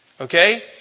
Okay